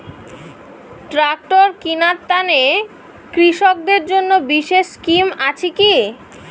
Tractor কিনার তানে কৃষকদের জন্য বিশেষ স্কিম আছি কি?